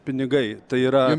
pinigai tai yra